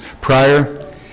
prior